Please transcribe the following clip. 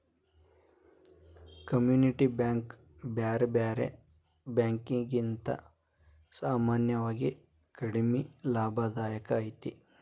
community bank ಬ್ಯಾರೆ ಬ್ಯಾರೆ ಬ್ಯಾಂಕಿಕಿಗಿಂತಾ ಸಾಮಾನ್ಯವಾಗಿ ಕಡಿಮಿ ಲಾಭದಾಯಕ ಐತಿ